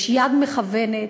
יש יד מכוונת,